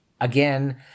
again